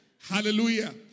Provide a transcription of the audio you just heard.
Hallelujah